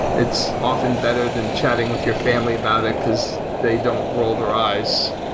it's often better than chatting with your family about it, because they don't roll their eyes.